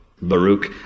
Baruch